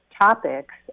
topics